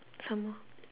some more